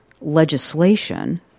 legislation